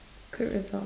good result